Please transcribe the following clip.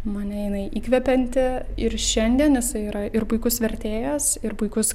mane jinai įkvepianti ir šiandien jisai yra ir puikus vertėjas ir puikus